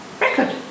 record